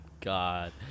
God